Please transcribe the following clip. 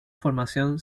formación